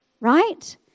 right